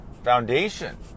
Foundation